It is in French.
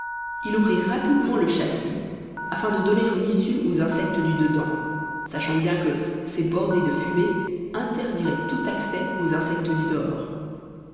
il ouvrit rapidement le châssis afin de donner une issue aux insectes du dedans sachant bien que ses bordées de fumée interdiraient tout accès aux insectes du